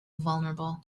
vulnerable